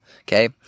okay